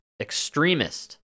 Extremist